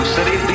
City